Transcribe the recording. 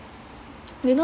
you know